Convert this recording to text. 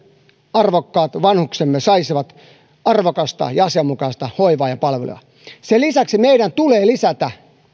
arvokkaat vanhuksemme saisivat arvokasta ja asianmukaista hoivaa ja palvelua sen lisäksi meidän tulee lisätä